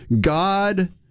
God